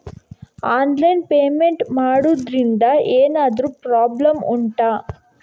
online payment ಮಾಡುದ್ರಿಂದ ಎಂತಾದ್ರೂ problem ಉಂಟಾ